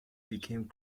became